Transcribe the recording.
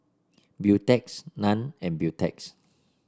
Beautex Nan and Beautex